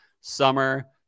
summer